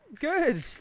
good